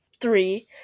three